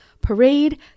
Parade